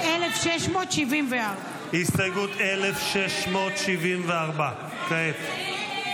הסתייגות 1674 כעת.